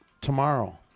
Tomorrow